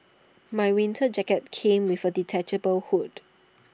my winter jacket came with A detachable hood